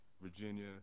Virginia